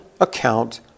account